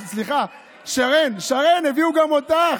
שרן, הביאו גם אותך.